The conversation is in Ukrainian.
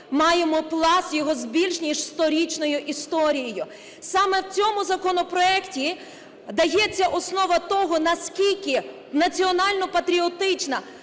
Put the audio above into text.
маємо Пласт, з його більш ніж 100-річною історією. Саме в цьому законопроекті дається основа того, наскільки національно-патріотична,